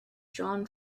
drawn